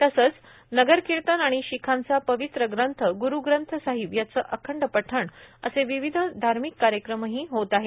तसंच नगर कीर्तन आणि शीखांचा पवित्र ग्रंथ गुरू ग्रंथ साहिब याचं अखंड पठण् असे विविध धार्मिक कार्यक्रमही होत आहेत